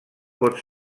pot